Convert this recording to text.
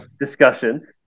discussion